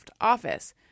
Office